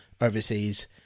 overseas